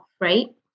right